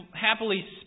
happily